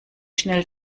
schnell